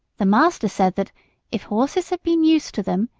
the master said that if horses had been used to them,